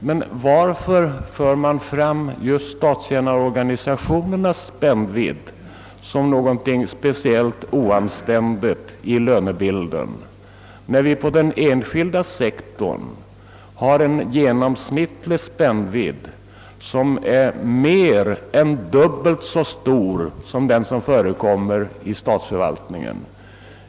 Men varför för man fram just statstjänarlönernas spännvidd som någonting speciellt oanständigt i lönebilden när vi på den enskilda sektorn har en genomsnittlig spännvidd som är mer än dubbelt så stor som den som förekommer i statsförvaltningen?